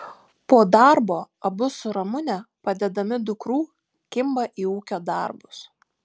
po darbo abu su ramune padedami dukrų kimba į ūkio darbus